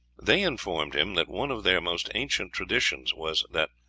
they informed him that one of their most ancient traditions was that,